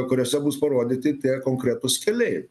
kuriose bus parodyti tie konkretūs keliai